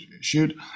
shoot